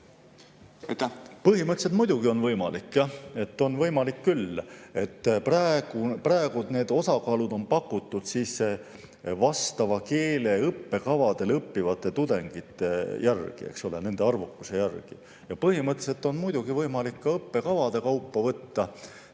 Põhimõtteliselt muidugi on võimalik jah, on võimalik küll. Praegu need osakaalud on pakutud vastava keele õppekavadel õppivate tudengite järgi, nende arvukuse järgi ja põhimõtteliselt on muidugi võimalik ka õppekavade kaupa võtta.